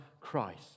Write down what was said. Christ